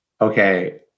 okay